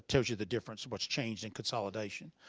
tells you the difference and what's changed in consolidation.